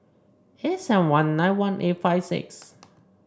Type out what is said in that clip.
eight seven one nine one eight five six